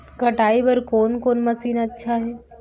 कटाई बर कोन कोन मशीन अच्छा हे?